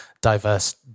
diverse